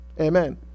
Amen